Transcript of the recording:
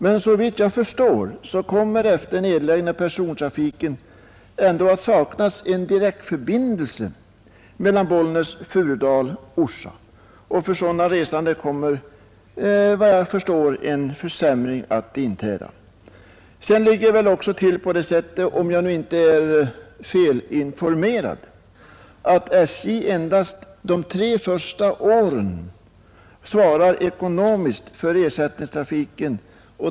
Men såvitt jag förstår kommer efter nedläggningen av persontrafiken ändå att saknas en direktförbindelse Bollnäs—Furudal—Orsa, och för resande på den linjen kommer uppenbarligen en försämring att inträda. Därtill kommer, om jag inte är fel underrättad, att SJ endast de tre första åren svarar ekonomiskt för ersättningstrafiken.